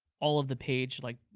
all of the page, like,